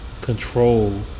control